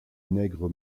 nègre